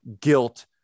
guilt